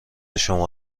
شما